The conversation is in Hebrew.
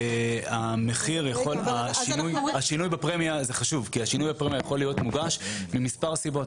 השינוי בפרמיה יכול להיות ממספר סיבות,